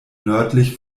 nördlich